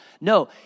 No